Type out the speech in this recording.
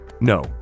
No